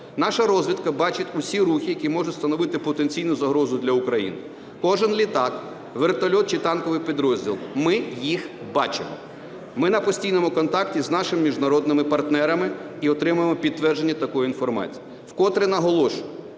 Наша розвідка бачить усі рухи, які можуть становити потенційну загрозу для України. Кожен літак, вертоліт чи танковий підрозділ, ми їх бачимо. Ми на постійному контакті з нашими міжнародними партнерами і отримуємо підтвердження такої інформації. Вкотре наголошую,